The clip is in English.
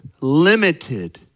limited